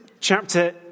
Chapter